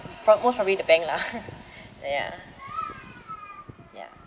from most probably the bank lah ya ya